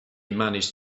manage